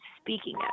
speaking